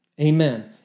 Amen